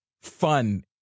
fun